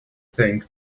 think